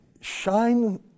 shine